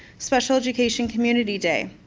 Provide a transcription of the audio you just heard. special-education community day,